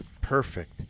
perfect